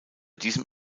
diesem